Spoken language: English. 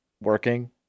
working